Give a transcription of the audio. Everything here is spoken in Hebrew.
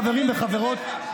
חברים וחברות,